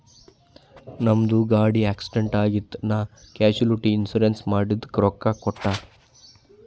ನಮ್ದು ಗಾಡಿ ಆಕ್ಸಿಡೆಂಟ್ ಆಗಿತ್ ನಾ ಕ್ಯಾಶುಲಿಟಿ ಇನ್ಸೂರೆನ್ಸ್ ಮಾಡಿದುಕ್ ರೊಕ್ಕಾ ಕೊಟ್ಟೂರ್